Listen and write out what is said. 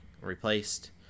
replaced